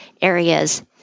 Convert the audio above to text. areas